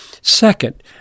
Second